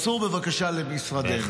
סור בבקשה למשרדנו.